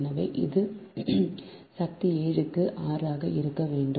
எனவே அது சக்தி 7 க்கு r ஆக இருக்க வேண்டும்